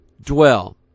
dwell